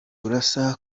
urasa